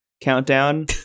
countdown